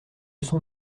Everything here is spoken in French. sont